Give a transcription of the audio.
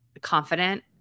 confident